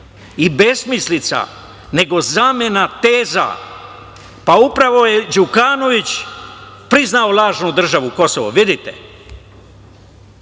i besmislica, nego zamena teza. Pa, upravo je Đukanović priznao lažnu državu Kosovo, vidite.